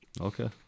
Okay